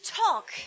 talk